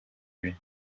lui